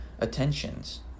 attentions